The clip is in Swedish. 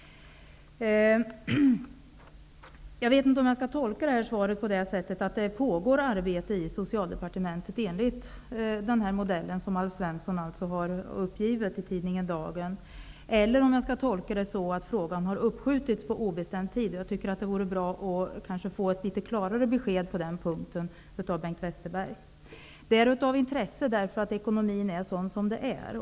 Jag vet inte om jag skall tolka svaret så, att arbete pågår i Socialdepartementet enligt den modell som Alf Svensson uppgivit i tidningen Dagen, eller om jag skall tolka det så, att frågan har uppskjutits på obestämd tid. Det vore bra om det gick att få ett litet klarare besked från Bengt Westerberg på den punkten. Detta är av intresse i och med att ekonomin är som den är.